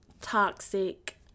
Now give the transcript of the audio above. toxic